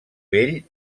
vell